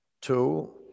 two